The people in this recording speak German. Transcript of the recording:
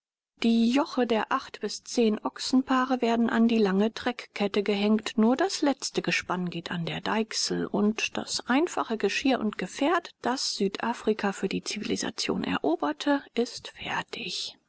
die joche der acht bis zehn ochsenpaare werden an die lange treckkette gehängt nur das letzte gespann geht an der deichsel und das einfache geschirr und gefährt das südafrika für die zivilisation eroberte ist fertig